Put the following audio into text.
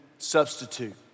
substitute